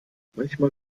manchmal